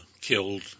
killed